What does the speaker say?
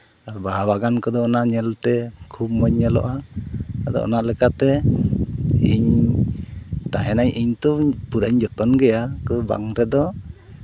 ᱟᱨ ᱵᱟᱦᱟ ᱵᱟᱜᱟᱱ ᱠᱚᱫᱚ ᱚᱱᱟ ᱧᱮᱞᱛᱮ ᱠᱷᱩᱵ ᱢᱚᱡᱽ ᱧᱮᱞᱚᱜᱼᱟᱟᱫᱚ ᱚᱱᱟ ᱞᱮᱠᱟᱛᱮ ᱤᱧ ᱛᱟᱦᱮᱸᱱᱟᱹᱧ ᱤᱧᱛᱚ ᱯᱩᱨᱟᱹᱧ ᱡᱚᱛᱚᱱ ᱜᱮᱭᱟ ᱚᱱᱟᱠᱚ ᱵᱟᱝ ᱨᱮᱫᱚ